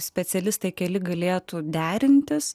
specialistai keli galėtų derintis